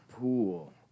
pool